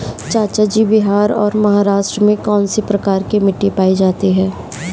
चाचा जी बिहार और महाराष्ट्र में कौन सी प्रकार की मिट्टी पाई जाती है?